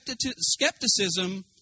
skepticism